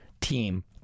team